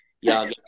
y'all